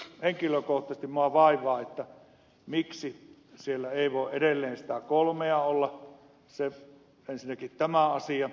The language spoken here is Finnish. kuitenkin henkilökohtaisesti minua vaivaa miksi siellä ei voi edelleen niitä kolmea olla ensinnäkin tämä asia